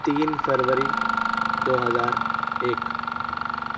تین فروری دو ہزار ایک